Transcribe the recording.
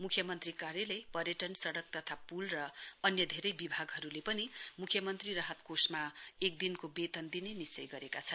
मुख्यमन्त्री कार्यालय पर्यटन सड़क तथा पुल र अन्य धेरै विभागहरुले पनि मुख्य मन्त्री राहत कोषमा एक दिनको वेतन दिने निश्चय गरेका छन्